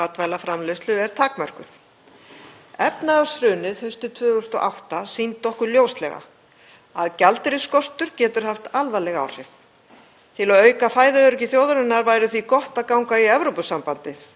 Til að auka fæðuöryggi þjóðarinnar væri því gott að ganga í Evrópusambandið og taka upp evru í stað örmyntarinnar íslensku krónunnar. Í bankahruninu voru t.d. aðeins til kornbirgðir í landinu til fárra vikna.